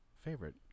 favorite